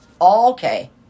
Okay